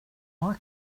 why